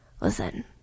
listen